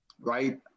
Right